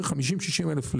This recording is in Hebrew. בערך 50 60 אלף.